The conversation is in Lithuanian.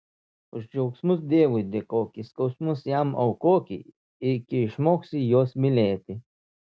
už džiaugsmus dievui dėkoki skausmus jam aukoki iki išmoksi juos mylėti